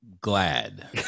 glad